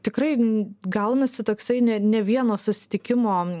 tikrai gaunasi toksai ne ne vieno susitikimo